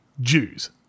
Jews